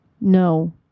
no